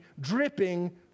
dripping